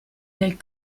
del